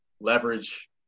leverage